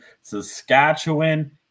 Saskatchewan